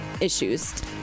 issues